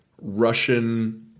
Russian